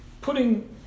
putting